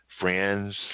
friends